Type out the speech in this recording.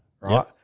right